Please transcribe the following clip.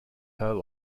her